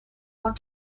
want